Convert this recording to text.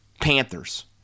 Panthers